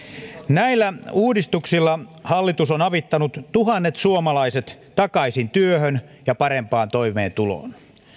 näillä uudistuksilla hallitus on avittanut tuhannet suomalaiset takaisin työhön ja parempaan toimeentuloon